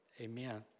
Amen